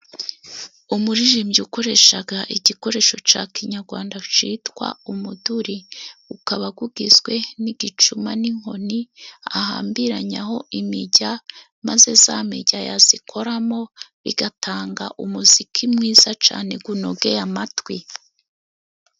Umuririmbyi ukoresha igikoresho cya Kinyarwanda cyitwa umuduri, ukaba ugizwe n’igicuma n’inkoni ahambiranyaho imirya, maze ya mirya yayikoramo igatanga umuziki mwiza cyane unogeye amatwi.